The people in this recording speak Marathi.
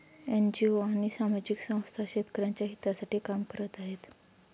एन.जी.ओ आणि सामाजिक संस्था शेतकऱ्यांच्या हितासाठी काम करत आहेत